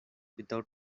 without